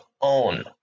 own